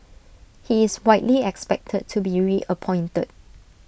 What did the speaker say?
he is widely expected to be reappointed